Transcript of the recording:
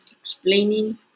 explaining